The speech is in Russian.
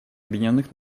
объединенных